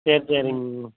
சரி சரிங்க